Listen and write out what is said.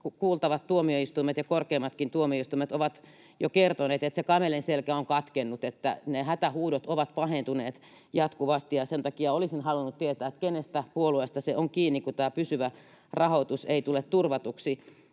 kuultavat tuomioistuimet ja korkeimmatkin tuomioistuimet ovat jo kertoneet, että se kamelin selkä on katkennut ja ne hätähuudot ovat pahentuneet jatkuvasti. Sen takia olisin halunnut tietää, mistä puolueesta se on kiinni, kun tämä pysyvä rahoitus ei tule turvatuksi.